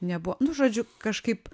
nebuvo nu žodžiu kažkaip